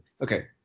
Okay